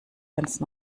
ganz